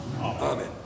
Amen